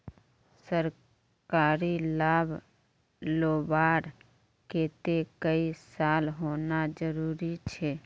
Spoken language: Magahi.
सरकारी लाभ लुबार केते कई साल होना जरूरी छे?